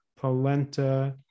polenta